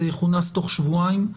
תוך שבועיים.